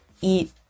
eat